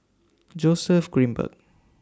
Joseph Grimberg